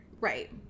Right